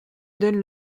donnent